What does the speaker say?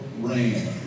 rain